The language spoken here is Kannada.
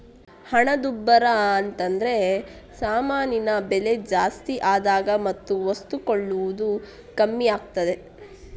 ಹಣದುಬ್ಬರ ಅಂತದ್ರೆ ಸಾಮಾನಿನ ಬೆಲೆ ಜಾಸ್ತಿ ಆದಾಗ ವಸ್ತು ಕೊಳ್ಳುವುದು ಕಮ್ಮಿ ಆಗ್ತದೆ